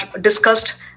discussed